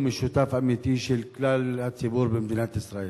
משותף אמיתי של כלל הציבור במדינת ישראל.